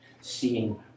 seeing